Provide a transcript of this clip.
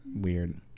weird